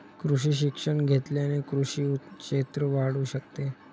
कृषी शिक्षण घेतल्याने कृषी क्षेत्र वाढू शकते